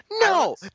No